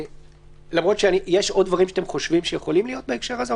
יש עוד דברים שאתם חושבים שיכולים להיות בהקשר הזה,